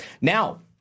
Now